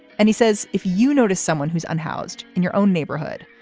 and he says if you notice someone who's un housed in your own neighborhood,